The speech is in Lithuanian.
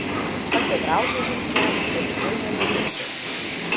pasitraukiu žingsnelį kad tikrai nenudribčiau